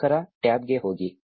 ವೀಕ್ಷಕರ ಟ್ಯಾಬ್ಗೆ ಹೋಗಿ